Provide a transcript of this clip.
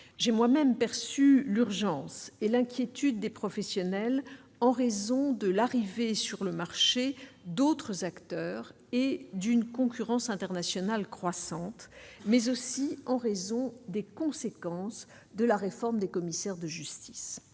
j'ai moi-même perçu l'urgence et l'inquiétude des professionnels : en raison de l'arrivée sur le marché, d'autres acteurs et d'une concurrence internationale croissante, mais aussi en raison des conséquences de la réforme des commissaires de justice,